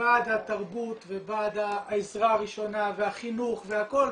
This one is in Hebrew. בעד התרבות ובעד העזרה הראשונה והחינוך והכל,